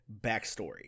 backstory